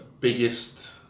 biggest